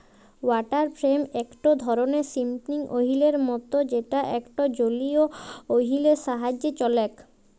water frame একটো ধরণের spinning ওহীলের মত যেটা একটা জলীয় ওহীল এর সাহায্যে চলেক